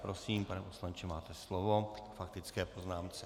Prosím, pane poslanče, máte slovo k faktické poznámce.